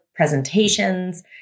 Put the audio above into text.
Presentations